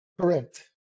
Correct